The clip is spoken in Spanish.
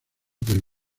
del